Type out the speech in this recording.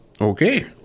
Okay